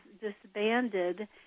disbanded